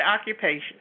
occupation